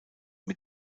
mit